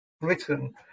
Britain